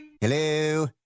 Hello